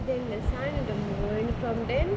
then the sun and the moon எனகொண்டேன்:enakondaen